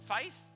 Faith